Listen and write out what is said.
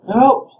nope